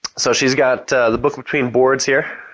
so, she's got the book between boards here.